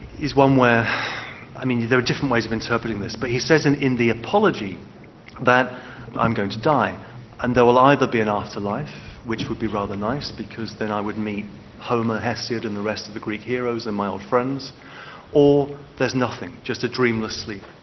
is one where i mean you've got different ways of interpreting this, but he says in in the apology that i'm going to die and there will either be an afterlife, which would be rather nice because then i would meet homer, hesiad and the rest of the greek heroes and my old friends or there's nothing, just a dreamless sleep.